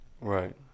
Right